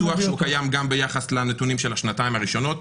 ואני בטוח שהוא קיים גם ביחס לנתונים של השנתיים הראשונות,